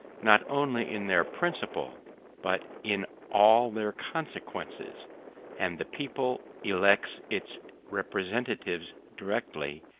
not only in their principle but in all their consequences and the people elects its representatives directly,